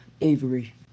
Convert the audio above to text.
Avery